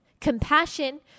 compassion